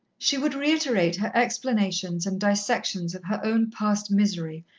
she would reiterate her explanations and dissections of her own past misery,